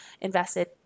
invested